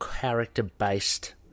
character-based